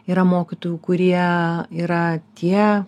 yra mokytojų kurie yra tie